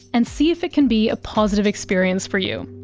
and see if it can be a positive experience for you.